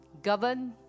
Govern